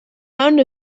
pound